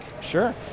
Sure